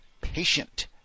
patient